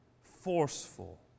forceful